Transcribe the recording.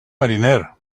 mariner